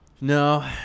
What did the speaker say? No